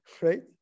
right